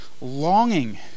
longing